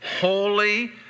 holy